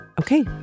Okay